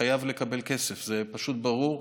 חייב לקבל כסף, זה פשוט ברור.